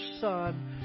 Son